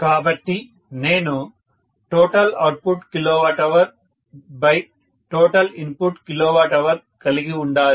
కాబట్టి నేను total output kWhtotal input kWh కలిగి ఉండాలి